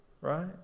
right